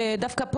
דווקא,